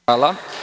Hvala.